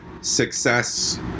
success